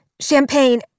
Champagne